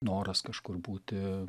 noras kažkur būti